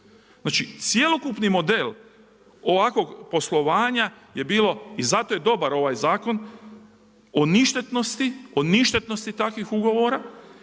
Znači cjelokupni model ovakvog poslovanja je bilo i zato je dobar ovaj zakon o ništetnosti takvih ugovora